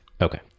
Okay